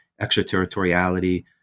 Extraterritoriality